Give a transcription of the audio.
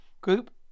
Group